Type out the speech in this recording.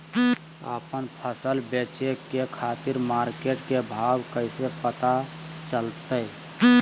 आपन फसल बेचे के खातिर मार्केट के भाव कैसे पता चलतय?